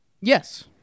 Yes